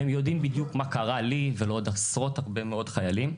והם יודעים בדיוק מה קרה לי ולעוד עשרות והרבה מאוד של חיילים.